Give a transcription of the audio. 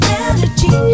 energy